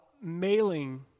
mailing